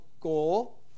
goal